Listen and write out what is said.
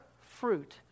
fruit